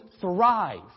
thrive